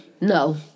no